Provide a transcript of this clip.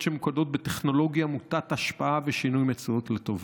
שממוקדות בטכנולוגיה מוטת השפעה ושינוי מציאות לטובה.